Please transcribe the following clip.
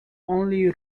only